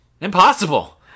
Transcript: impossible